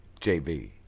JV